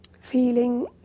Feeling